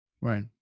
Right